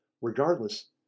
Regardless